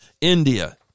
India